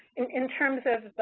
in in terms of